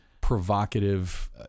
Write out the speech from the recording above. provocative